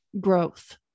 growth